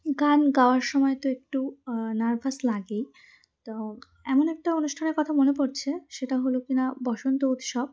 গান গাওয়ার সময় তো একটু নার্ভাস লাগেই তো এমন একটা অনুষ্ঠানের কথা মনে পড়ছে সেটা হলো কি না বসন্ত উৎসব